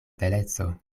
beleco